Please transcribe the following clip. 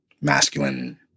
masculine